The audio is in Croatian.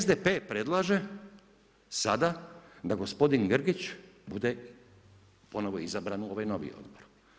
SDP predlaže sada da gospodin Grgić bude ponovno izabran u ovaj novi odbor.